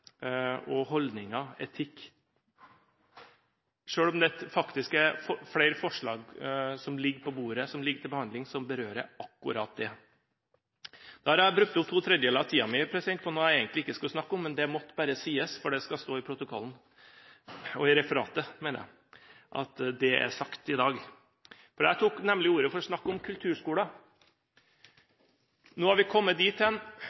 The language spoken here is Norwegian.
om det faktisk er flere forslag som ligger på bordet til behandling, som berører akkurat det. Da har jeg brukt opp to tredjedeler av tiden min på noe jeg egentlig ikke skulle snakke om, men det måtte bare sies, for det skal stå i referatet at det er sagt i dag. Jeg tok nemlig ordet for å snakke om kulturskoler. Nå har vi med et bredt flertall i Stortinget kommet dit hen